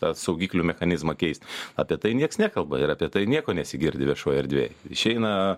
tą saugiklių mechanizmą keist apie tai nieks nekalba ir apie tai nieko nesigirdi viešoj erdvėj išeina